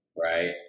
right